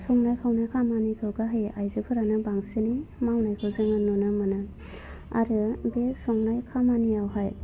संनाय खावनाय खामानिखौ गाहायै आइजोफ्रानो बांसिनै मावनायखौ जोङो नुनो मोनो आरो बे संनाय खामानियावहाय